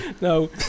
no